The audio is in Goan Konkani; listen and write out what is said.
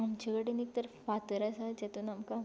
आमचे कडेन एक तर फातर आसा जातून आमकां